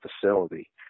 facility